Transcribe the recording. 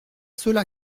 cela